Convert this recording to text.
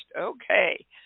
Okay